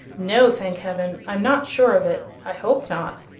no, thank heaven! i'm not sure of it. i hope not.